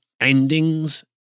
endings